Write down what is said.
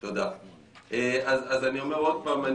אז אני אומר עוד פעם,